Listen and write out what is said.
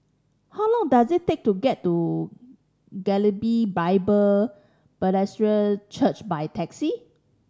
how long does it take to get to Galilee Bible Presbyterian Church by taxi